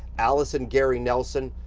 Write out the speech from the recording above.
alice and gary nelson,